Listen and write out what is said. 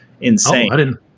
insane